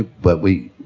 but we,